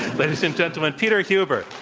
ladies and gentlemen, peter huber